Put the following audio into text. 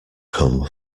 come